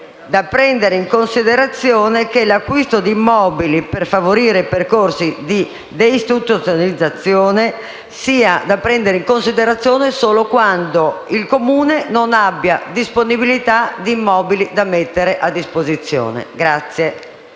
il Comune di Roma), penso che l'acquisto di immobili per favorire percorsi di deistituzionalizzazione sia da prendere in considerazione solo quando il Comune non abbia disponibilità di immobili abitativi da mettere a disposizione.